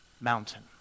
mountain